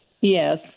Yes